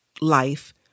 life